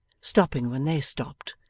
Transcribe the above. stopping when they stopped,